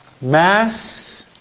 Mass